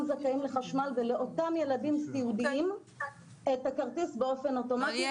זכאים לחשמל ולאותם ילדים סיעודיים את הכרטיס באופן אוטומטי.